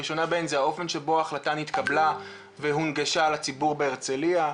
הראשונה בהן זה אופן שבו ההחלטה נתקבלה והונגשה לציבור בהרצליה,